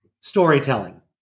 storytelling